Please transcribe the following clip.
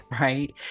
right